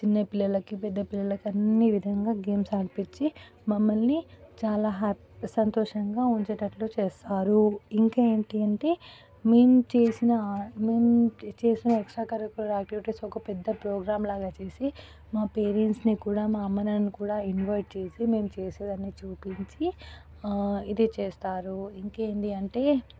చిన్నపిల్లలకి పెద్ద పిల్లలకి అన్నీ విధంగా గేమ్స్ ఆడిపిచ్చి మమ్మల్ని చాలా హ్యాప్ సంతోషంగా ఉంచేటట్లు చేస్తారు ఇంకేంటి అంటే మేము చేసిన మేము చేసిన ఎక్సట్రా కరీకులర్ ఆక్టివిటీస్ ఒక పెద్ద ప్రోగ్రాం లాగా చేసి మా పేరెంట్స్ని కూడా మా అమ్మ నాన్నని కూడా ఇన్వైట్ చేసి మేము చేసే అన్ని చూపించి ఇది చేస్తారు ఇంకేంటి అంటే